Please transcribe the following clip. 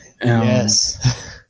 Yes